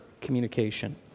communication